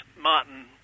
Martin